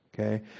Okay